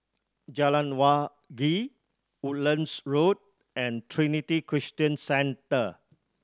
Jalan Wangi Woodlands Road and Trinity Christian Centre